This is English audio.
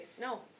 no